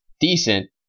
decent